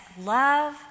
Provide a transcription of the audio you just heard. love